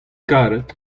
karet